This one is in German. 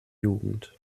jugend